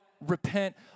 repent